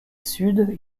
sud